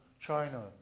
China